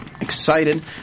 Excited